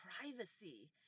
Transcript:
privacy